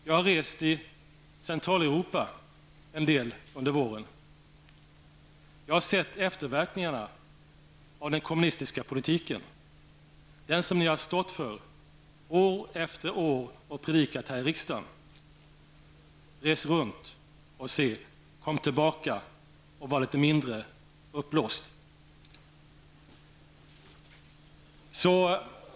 Jag har rest en del i Centraleuropa under våren. Jag har sett efterverkningarna av den kommunistiska politik som ni har stått för år efter år och predikat för här i riksdagen. Res runt och se, kom tillbaka och var litet mindre uppblåst.